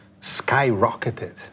skyrocketed